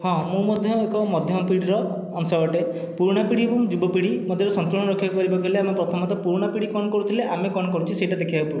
ହଁ ମୁଁ ମଧ୍ୟ ଏକ ମଧ୍ୟମ ପିଢ଼ିର ଅଂଶ ଅଟେ ପୁରୁଣା ପିଢ଼ି ଏବଂ ଯୁବ ପିଢ଼ି ମଧ୍ୟରେ ସନ୍ତୁଳନ ରକ୍ଷା କରିବାକୁ ହେଲେ ଆମେ ପ୍ରଥମତଃ ପୁରୁଣା ପିଢ଼ି କ'ଣ କରୁଥିଲେ ଆମେ କ'ଣ କରୁଛେ ସେଟା ଦେଖିବାକୁ ପଡ଼ିବ